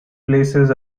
places